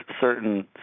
certain